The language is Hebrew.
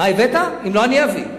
אם לא, אני אביא.